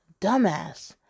Dumbass